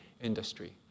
industry